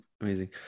Amazing